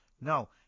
No